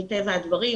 מטבע הדברים,